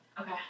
Okay